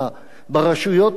ברשויות המקומיות,